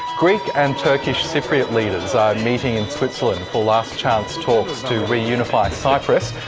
greek and turkish cypriot leaders are meeting in switzerland for last-chance talks to reunify cyprus,